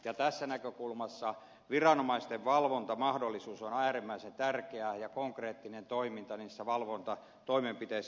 tästä näkökulmasta viranomaisten valvontamahdollisuus on äärimmäisen tärkeä ja konkreettinen toiminta valvontatoimenpiteissä